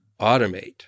automate